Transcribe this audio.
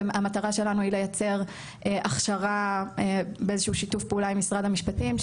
המטרה שלנו היא לייצר הכשרה באיזשהו שיתוף פעולה עם משרד המשפטים,